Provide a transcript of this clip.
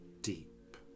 deep